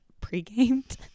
pre-gamed